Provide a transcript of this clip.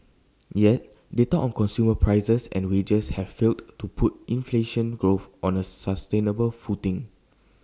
yet data on consumer prices and wages have failed to put inflation growth on A sustainable footing